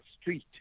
street